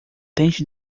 tente